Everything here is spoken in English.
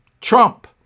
Trump